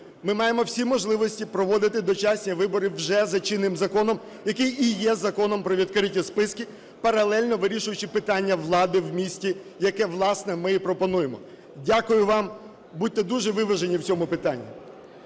Ми маємо всі можливості проводити дочасні вибори вже за чинним законом, який і є законом про відкриті списки, паралельно вирішуючи питання влади в місті, яке, власне, ми і пропонуємо. Дякую вам. Будьте дуже виважені в цьому питанні.